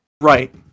Right